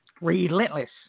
Relentless